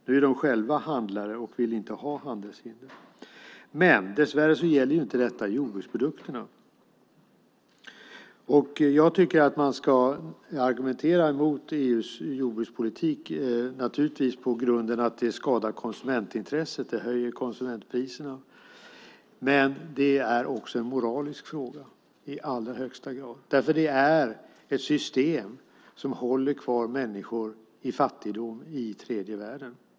Nu är de själva handlare och vill inte ha handelshinder. Dess värre gäller inte detta jordbruksprodukterna. Jag tycker att man ska argumentera mot EU:s jordbrukspolitik, naturligtvis på grunden att den skadar konsumentintresset och höjer konsumentpriserna. Men det är också en moralisk fråga i allra högsta grad. Det är ett system som håller människor kvar i fattigdom i tredje världen.